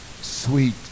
sweet